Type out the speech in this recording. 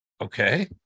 okay